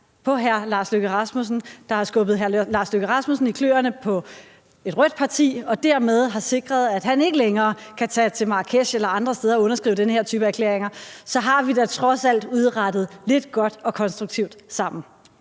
på hr. Lars Løkke Rasmussen, der har skubbet hr. Lars Løkke Rasmussen i kløerne på et rødt parti og dermed har sikret, at han ikke længere kan tage til Marrakesh eller andre steder og underskrive den her type erklæringer, så har vi da trods alt udrettet lidt godt og konstruktivt sammen.